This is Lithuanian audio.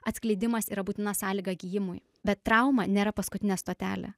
atskleidimas yra būtina sąlyga gijimui bet trauma nėra paskutinė stotelė